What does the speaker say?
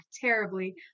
terribly